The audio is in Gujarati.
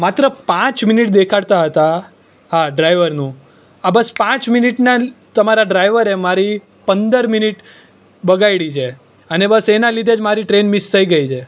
માત્ર પાંચ મિનિટ દેખાડતા હતા હા ડ્રાઇવરનું બસ પાંચ મિનિટના તમારા ડ્રાઈવરે મારી પંદર મિનિટ બગાડી છે અને બસ એના લીધે જ મારી ટ્રેન મિસ થઈ ગઈ છે